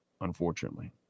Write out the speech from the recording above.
unfortunately